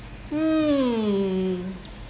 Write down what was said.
um